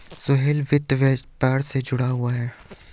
सोहेल वित्त व्यापार से जुड़ा हुआ है